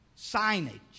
signage